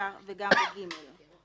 כך גם בסעיף (ג), הקצין המוסמך.